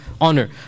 honor